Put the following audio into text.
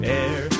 air